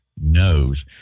knows